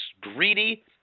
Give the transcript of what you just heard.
greedy